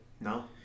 No